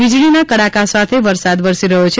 વીજળીના કડાકા સાથે વરસાદ વરસી રહ્યો છે